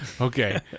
Okay